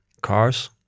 cars